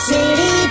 City